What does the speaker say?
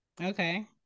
Okay